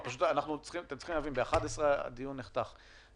אבל אתם צריכים להבין שב-11:00 הדיון נחתך.